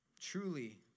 truly